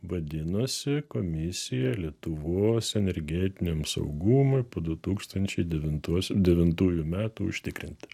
vadinosi komisija lietuvos energetiniam saugumui po du tūkstančiai devintuosiu devintųjų metų užtikrinti